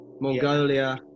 Mongolia